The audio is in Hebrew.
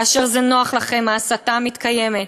כאשר זה נוח לכם, ההסתה מתקיימת.